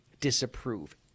disapprove